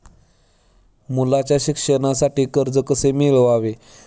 मुलाच्या शिक्षणासाठी कर्ज कसे मिळवावे?